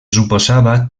suposava